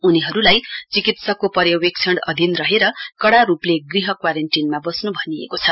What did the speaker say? उनीहरुलाई चिकित्सकको पर्यवेक्षण अधीन रहेर कड़ा रुपले गृह क्वारेन्टीनमा वस्नु भनिएको छ